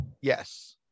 Yes